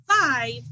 five